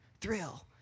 thrill